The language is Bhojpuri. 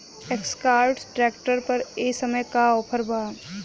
एस्कार्ट ट्रैक्टर पर ए समय का ऑफ़र बा?